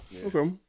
Okay